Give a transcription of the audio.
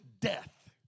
death